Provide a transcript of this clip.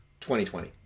2020